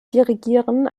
dirigieren